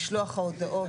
משלוח ההודעות,